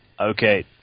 okay